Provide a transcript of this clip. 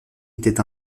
était